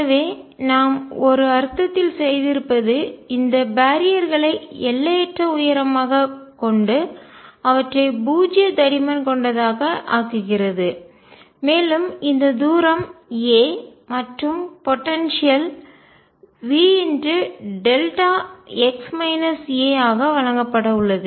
எனவே நாம் ஒரு அர்த்தத்தில் செய்திருப்பது இந்த பேரியர்களை தடை எல்லையற்ற உயரமாகக் கொண்டு அவற்றை பூஜ்ஜிய தடிமன் கொண்டதாக ஆக்குகிறது மேலும் இந்த தூரம் a மற்றும் போடன்சியல் ஆற்றல் Vδx a ஆக வழங்கப்பட உள்ளது